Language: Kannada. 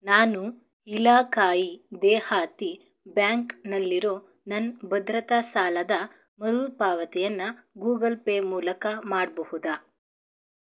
ನಾನು ಇಲಾಖಾಯೀ ದೇಹಾತಿ ಬ್ಯಾಂಕ್ನಲ್ಲಿರೋ ನನ್ನ ಭದ್ರತಾ ಸಾಲದ ಮರುಪಾವತಿಯನ್ನು ಗೂಗಲ್ ಪೇ ಮೂಲಕ ಮಾಡಬಹುದಾ